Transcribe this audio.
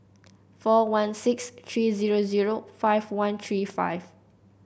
four one six three zero zero five one three five